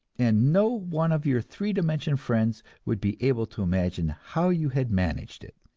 and no one of your three-dimension friends would be able to imagine how you had managed it,